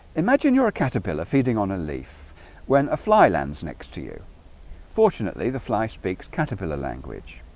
imagine you're a caterpillar feeding on a leaf when a fly lands next to you fortunately the fly speaks caterpillar language,